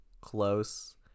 close